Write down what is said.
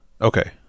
Okay